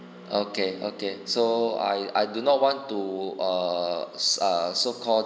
okay okay so I I do not want to err uh so called